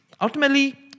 Ultimately